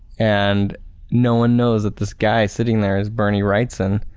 and no one knows that this guy sitting there is bernie wrightson.